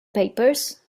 papers